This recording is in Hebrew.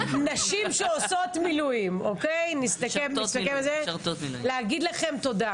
נשים שעושות מילואים- להגיד לכן תודה